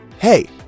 hey